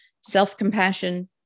self-compassion